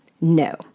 No